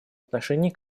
отношении